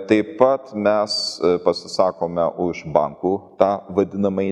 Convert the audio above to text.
taip pat mes pasisakome už bankų tą vadinamąjį